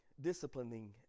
disciplining